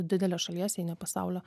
didelės šalies jei ne pasaulio